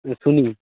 ᱥᱩᱱᱤ